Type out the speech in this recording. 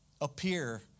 appear